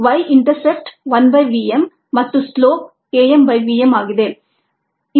Y intercept 1 by v m ಮತ್ತು slope K m by v m ಆಗಿದೆ